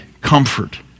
comfort